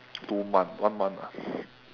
two month one month ah